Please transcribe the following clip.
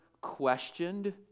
questioned